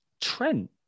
Trent